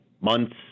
months